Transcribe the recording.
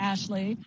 Ashley